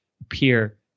appear